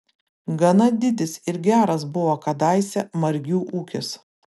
gana didis ir geras buvo kadaise margių ūkis